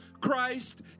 Christ